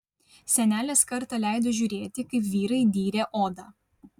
senelis kartą leido žiūrėti kaip vyrai dyrė odą